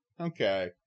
Okay